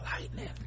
lightning